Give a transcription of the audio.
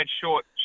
short